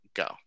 go